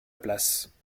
place